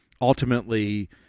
ultimately